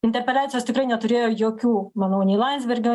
interpeliacijos tikrai neturėjo jokių manau nei landsbergio